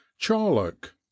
Charlock